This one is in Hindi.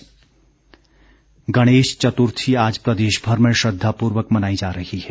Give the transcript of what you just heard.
गणेश चतुर्थी गणेश चतुर्थी आज प्रदेशभर में श्रद्वापूर्वक मनाई जा रही है